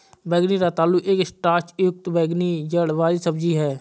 बैंगनी रतालू एक स्टार्च युक्त बैंगनी जड़ वाली सब्जी है